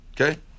Okay